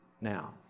now